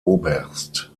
oberst